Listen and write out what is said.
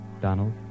Donald